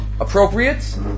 appropriate